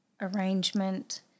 arrangement